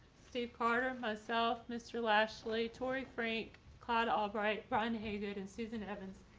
steve carter, myself, mr. lashley. tory frank cloud. all right, brian hayden and susan evans.